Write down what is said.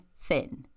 thin